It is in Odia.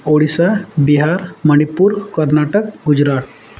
ଓଡ଼ିଶା ବିହାର ମଣିପୁର କର୍ଣ୍ଣାଟକ ଗୁଜୁରାଟ